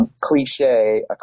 cliche